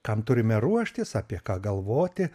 kam turime ruoštis apie ką galvoti